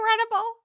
incredible